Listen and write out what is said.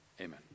Amen